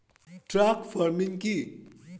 Truck farming কি?